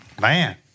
Man